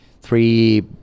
three